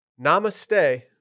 Namaste